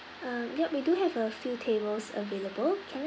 uh yup we do have a few tables available can I